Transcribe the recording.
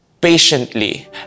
patiently